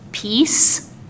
Peace